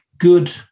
Good